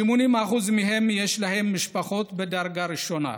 80% מהם יש להם משפחות בדרגה ראשונה,